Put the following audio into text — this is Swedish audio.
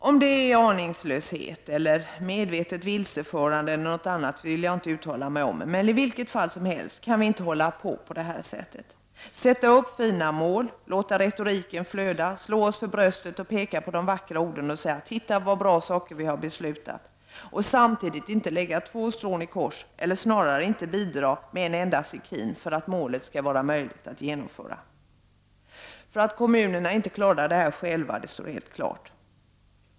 Om det är aningslöshet eller medvetet vilseförande eller något annat vill jag inte uttala mig om, men i vilket fall som helst kan vi inte hålla på på detta sätt — sätta upp fina mål, låta retoriken flöda, slå oss för bröstet och peka på de vackra orden och säga: Titta vilka bra saker vi har beslutat, och samtidigt inte lägga två strån i kors, eller snarare inte bidra med en enda sekin, för att målet skall vara möjligt att genomföra. Att kommunerna inte klarar det här själva, det är helt klart.